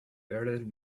bearded